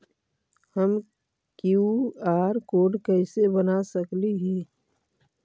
हम QR code कैसे बना सकली ही?